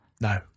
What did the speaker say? No